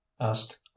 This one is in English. asked